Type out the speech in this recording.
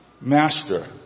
master